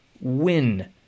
win